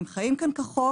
הם חיים כאן כחוק